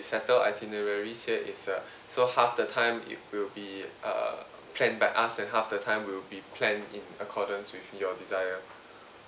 settle itinerary set it's err so half the time it will be uh planned by us and half the time will be planned in accordance with your desire